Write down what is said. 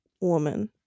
woman